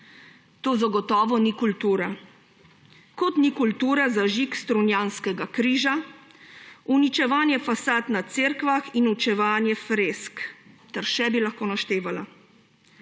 To zagotovo ni kultura. Kot ni kultura zažig strunjanskega križa, uničevanje fasad na cerkvah in uničevanje fresk ter še bi lahko naštevala.